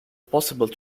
possible